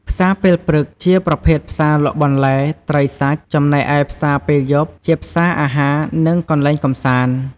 ផ្សារពេលព្រឹកជាប្រភេទផ្សារលក់បន្លែ ត្រី សាច់ ចំណែកឯផ្សារពេលយប់ជាផ្សារអាហារ និងកន្លែងកម្សាន្ត។